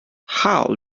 how